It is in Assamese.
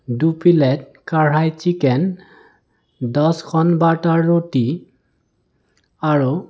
দুপ্লেট কাঢ়াই চিকেন দছখন বাটাৰ ৰুটি আৰু